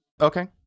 Okay